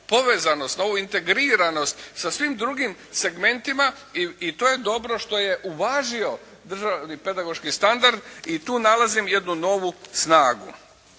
povezanost, na ovu integriranost sa svim drugim segmentima i to je dobro što je uvažio Državni pedagoški standard i tu nalazim jednu novu snagu.